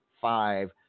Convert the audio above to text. five